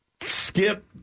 Skip